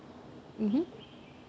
mmhmm